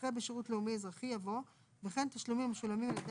אחרי "בשירות לאומי־אזרחי" יבוא "וכן תשלומים המשולמים על ידי